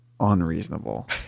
unreasonable